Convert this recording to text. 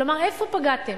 כלומר, איפה פגעתם?